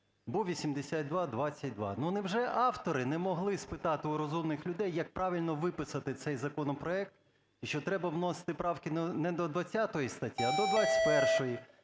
вув 8222. Ну, невже автори не могли спитати в розумних людей, як правильно виписати цей законопроект, і що треба вносити правки не до 20 статті, а до 21-ї?